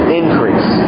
increase